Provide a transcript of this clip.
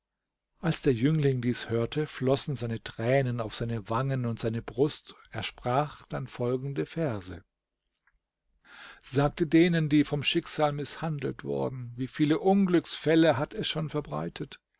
als der jüngling dies hörte flossen seine tränen auf seine wangen und seine brust er sprach dann folgende verse sagt denen die vom schicksal mißhandelt worden wie viele unglücksfälle hat es schon verbreitet